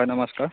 হয় নমস্কাৰ